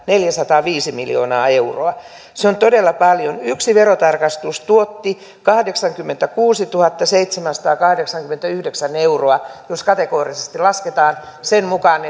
neljäsataaviisi miljoonaa euroa se on todella paljon yksi verotarkastus tuotti kahdeksankymmentäkuusituhattaseitsemänsataakahdeksankymmentäyhdeksän euroa jos kategorisesti lasketaan sen mukaan